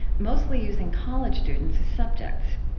mostly using college students as subjects.